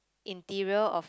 interior of